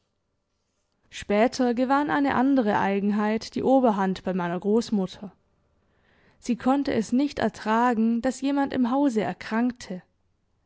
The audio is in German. später gewann eine andere eigenheit die oberhand bei meiner großmutter sie konnte es nicht ertragen daß jemand im hause erkrankte